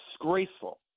disgraceful